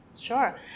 Sure